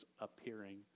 appearing